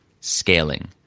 Scaling